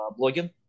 blogging